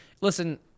Listen